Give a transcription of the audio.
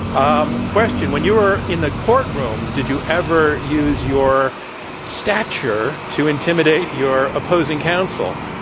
um question, when you were in the courtroom, did you ever use your stature to intimidate your opposing counsel?